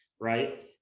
right